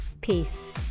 Peace